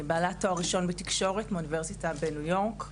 בעלת תואר ראשון בתקשורת מאוניברסיטה בניו-יורק.